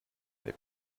they